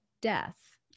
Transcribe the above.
death